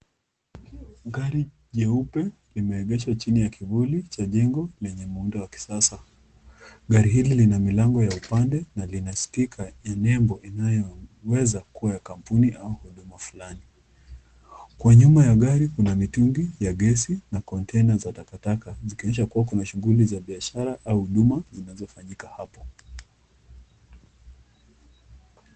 Gari jeupe limeegeshwa chini ya kivuli cha jengo lenye muundo wa kisasa. Gari hili lina milango ya upande na lina sticker ya nembo inayoweza kuwa ya kampuni au ya huduma fulani, kwa nyuma ya gari kuna mitungi ya gesi na container za takataka zikionyesha kuna shughuli za biashara au huduma zinazofanyika hapo.